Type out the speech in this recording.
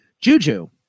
Juju